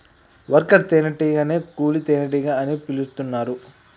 worker తేనే టీగనే కూలీ తేనెటీగ అని పిలుతున్నరు